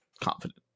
confident